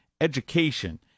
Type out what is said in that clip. education